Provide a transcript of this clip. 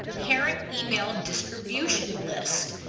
parent email distribution lists.